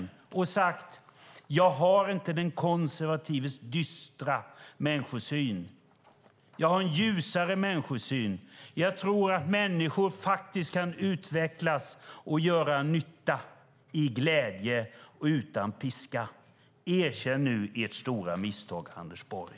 Du kunde ha sagt: Jag har inte den konservatives dystra människosyn. Jag har en ljusare människosyn. Jag tror att människor faktiskt kan utvecklas och göra nytta i glädje och utan piska. Erkänn nu ert stora misstag, Anders Borg!